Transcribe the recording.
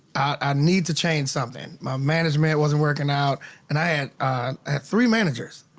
i need to change something. my management wasn't working out and i and had three managers.